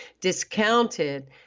discounted